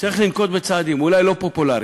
צריך לנקוט צעדים, אולי לא פופולריים,